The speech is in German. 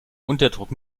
unterdruck